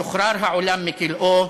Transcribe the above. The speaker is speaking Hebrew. "משוחרר העולם מכלאו.